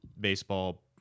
baseball